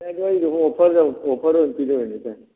ꯑꯣꯐꯔꯗ ꯑꯗꯨꯝ ꯄꯤꯖꯒꯅꯤꯗ